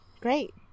great